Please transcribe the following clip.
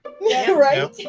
right